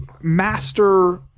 master